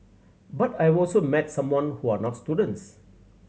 but I've also met some who are not students